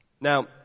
Now